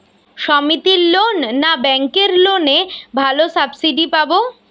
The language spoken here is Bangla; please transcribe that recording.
সমিতির লোন না ব্যাঙ্কের লোনে ভালো সাবসিডি পাব?